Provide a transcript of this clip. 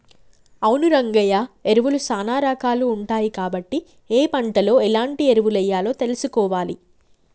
అవును రంగయ్య ఎరువులు సానా రాకాలు ఉంటాయి కాబట్టి ఏ పంటలో ఎలాంటి ఎరువులెయ్యాలో తెలుసుకోవాలి